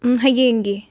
ꯍꯣꯏ ꯌꯦꯡꯒꯦ